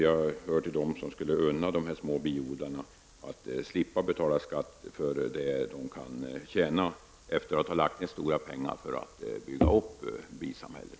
Jag hör till dem som skulle unna dessa som har små biodlingar att få slippa betala skatt för det de kan tjäna efter att ha lagt ned stora pengar på att bygga upp bisamhällen.